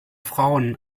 frauen